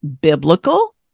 biblical